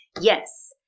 Yes